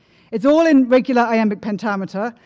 it's all in regular iambic pentameter,